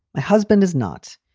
my husband is not.